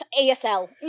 ASL